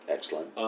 Excellent